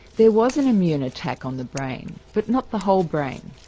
there was an immune attack on the brain, but not the whole brain.